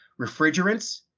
refrigerants